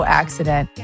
accident